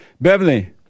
Beverly